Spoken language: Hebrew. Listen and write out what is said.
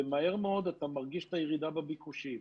ומהר מאוד אתה מרגיש את הירידה בביקושים.